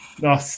No